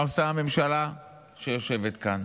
מה עושה הממשלה שיושבת כאן?